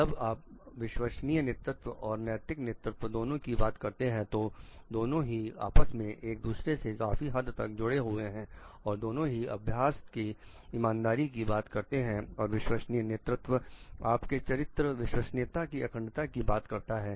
जब आप विश्वसनीय नेतृत्व और नैतिक नेतृत्व दोनों की बात करते हैं तो दोनों ही आपस में एक दूसरे से काफी हद तक जुड़े हुए हैं और दोनों ही अभ्यास की ईमानदारी की बात करते हैं और विश्वसनीय नेतृत्व आपके चरित्र विश्वसनीयता की अखंडता की बात करता है